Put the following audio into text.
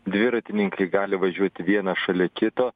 dviratininkai gali važiuoti vienas šalia kito